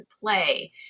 play